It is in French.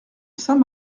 saint